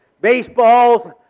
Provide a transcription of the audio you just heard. Baseballs